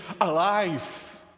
alive